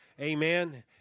Amen